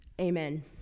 Amen